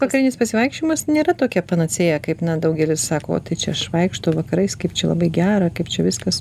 vakarinis pasivaikščiojimas nėra tokia panacėja kaip na daugelis sako o tai čia aš vaikštau vakarais kaip čia labai gera kaip čia viskas